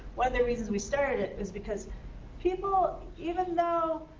one of the reasons we started it was because people, even though